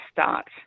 start